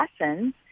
lessons